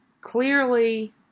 clearly